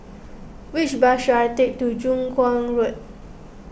which bus should I take to Kuang Road